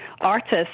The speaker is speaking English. artists